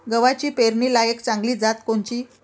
गव्हाची पेरनीलायक चांगली जात कोनची?